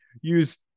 use